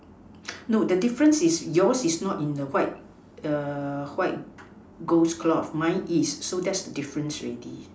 no the difference is yours is not in the white white ghost cloth mine is so that's the difference already